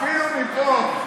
אפילו מפה.